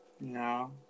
No